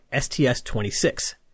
STS-26